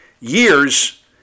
years